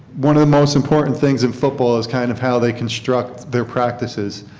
one of the most important things in football is kind of how they construct their practices.